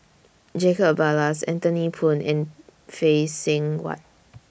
Jacob Ballas Anthony Poon and Phay Seng Whatt